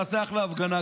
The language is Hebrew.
נעשה אחלה הפגנה,